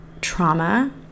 trauma